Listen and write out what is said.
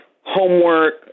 homework